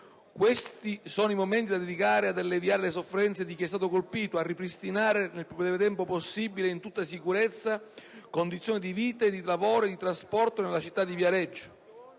Questi sono momenti da dedicare ad alleviare le sofferenze di chi è stato colpito e a ripristinare, nel più breve tempo possibile e in tutta sicurezza, condizioni di vita, di lavoro e di trasporto nella città di Viareggio.